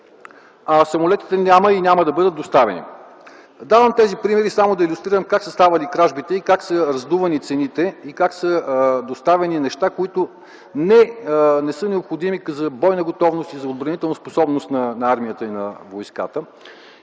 а самолетите ги няма и няма да бъдат доставени. Давам тези примери само да илюстрирам как са ставали кражбите, как са раздувани цените и как са доставени неща, които не са необходими за бойна готовност и за отбранителна способност на армията и на войската.